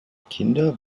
kinder